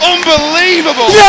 Unbelievable